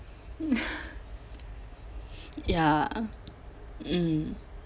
ya mm